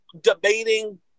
debating